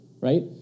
right